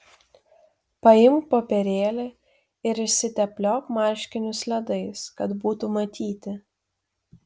paimk popierėlį ir išsitepliok marškinius ledais kad būtų matyti